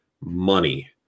money